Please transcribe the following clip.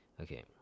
okay